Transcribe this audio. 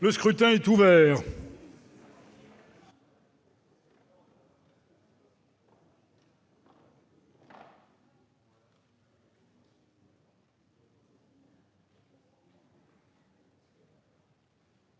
Le scrutin est ouvert.